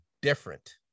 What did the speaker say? different